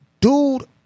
Dude